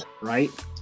right